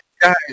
guys